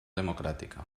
democràtica